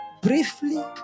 briefly